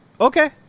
okay